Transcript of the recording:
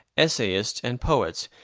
essayists, and poets,